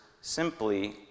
simply